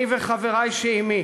אני וחברי שעמי